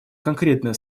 конкретное